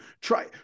try